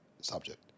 subject